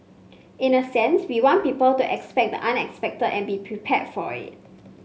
in a sense we want people to expect the unexpected and be prepared for it